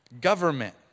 government